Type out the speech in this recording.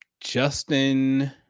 Justin